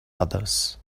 others